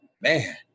man